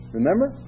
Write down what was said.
remember